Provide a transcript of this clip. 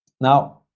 Now